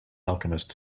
alchemist